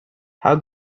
how